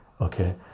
okay